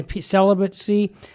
celibacy